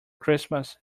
christmas